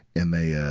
and they, ah,